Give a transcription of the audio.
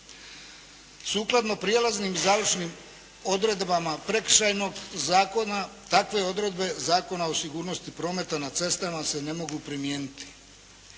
Sukladno prijelaznim i završnim odredbama Prekršajnog zakona takve odredbe Zakona o sigurnosti prometa na cestama se ne mogu primijeniti.